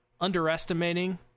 underestimating